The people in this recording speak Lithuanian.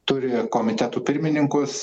turi komitetų pirmininkus